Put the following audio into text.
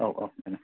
औ औ मेडाम